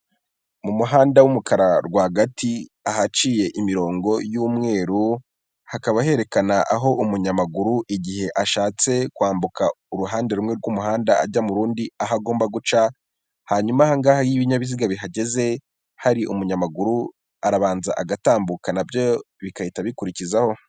Mu muhanda w'umukara rwagati ahaciye imirongo y'umweru, hakaba herekana aho umunyamaguru igihe ashatse kwambuka uruhande rumwe rw'umuhanda ajya mu rundi aho agomba guca. Hanyuma ahangaha iyo ibinyabiziga bihahageze hari umunyamaguru, arabanza agatambuka nabyo bigahita bikurikizaho.